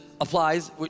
applies